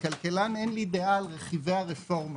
ככלכלן אין לי דעה על רכיבי הרפורמה